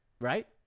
Right